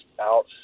out